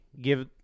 give